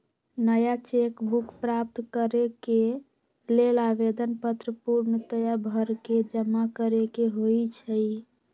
नया cheque book प्राप्त करेके लेल आवेदन पत्र पूर्णतया भरके जमा करेके होइ छइ